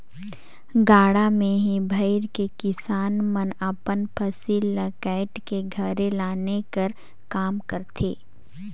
गाड़ा मे ही भइर के किसान मन अपन फसिल ल काएट के घरे लाने कर काम करथे